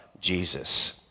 Jesus